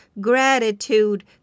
gratitude